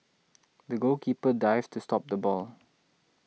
the goalkeeper dived to stop the ball